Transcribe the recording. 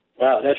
Wow